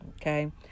okay